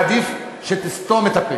עדיף שתסתום את הפה.